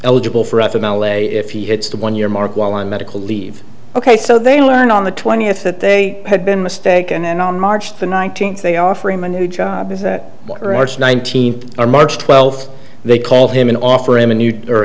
eligible for us from l a if he hits the one year mark while on medical leave ok so they learn on the twentieth that they had been mistaken and on march the nineteenth they offer him a new job is that or arch nineteenth or march twelfth they call him an offer him a new